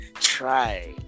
Try